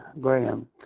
Graham